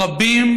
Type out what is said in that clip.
הם היו רבים